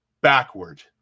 backward